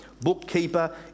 bookkeeper